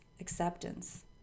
acceptance